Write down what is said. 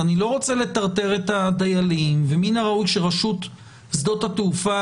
אני לא רוצה לטרטר את הדיילים ומן הראוי שרשות שדות התעופה